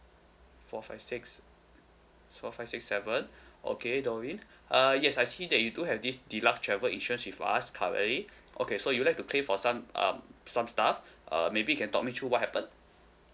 four five six four five six seven okay dovin uh yes I see that you do have this deluxe travel insurance with us currently okay so you would like to claim for some um some stuff uh maybe can talk me through what happened